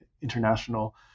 international